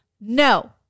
No